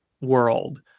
world